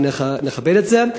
ונכבד את זה.